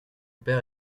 père